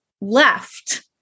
left